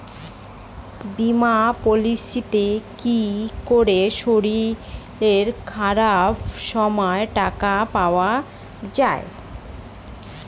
বীমা পলিসিতে কি করে শরীর খারাপ সময় টাকা পাওয়া যায়?